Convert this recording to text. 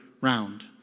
round